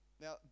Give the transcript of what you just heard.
Now